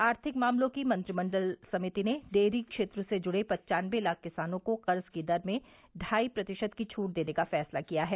आर्थिक मामलों की मंत्रिमंडल समिति ने डेयरी क्षेत्र से जुड़े पन्चानबे लाख किसानों को कर्ज की दर में ढाई प्रतिशत की छूट देने का फैसला किया है